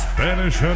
Spanish